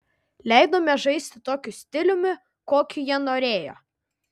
leidome žaisti tokiu stiliumi kokiu jie norėjo